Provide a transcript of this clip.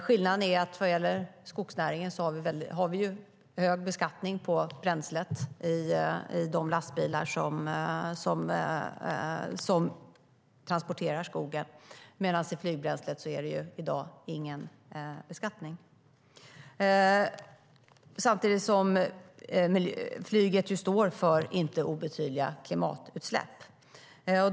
Skillnaden är att i skogsnäringen har vi hög beskattning av bränslet i de lastbilar som transporterar skogsprodukterna medan det i dag inte är någon beskattning av flygbränsle. Samtidigt står flyget för inte obetydliga klimatutsläpp.